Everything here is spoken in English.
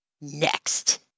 Next